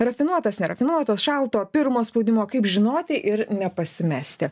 rafinuotas nerafinuotas šalto pirmo spaudimo kaip žinoti ir nepasimesti